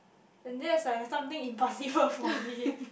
and that's like something impossible for me